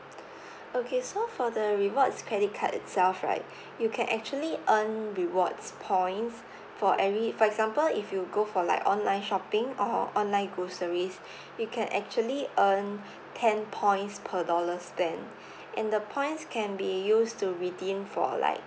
okay so for the rewards credit card itself right you can actually earn rewards points for every for example if you go for like online shopping or online groceries you can actually earn ten points per dollar spent and the points can be used to redeem for like